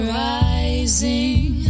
rising